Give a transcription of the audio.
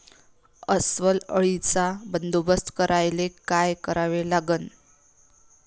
अस्वल अळीचा बंदोबस्त करायले काय करावे लागन?